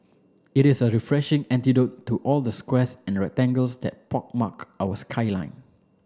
it is a refreshing antidote to all the squares and rectangles that pockmark our skyline